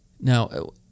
Now